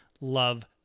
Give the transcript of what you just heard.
love